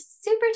super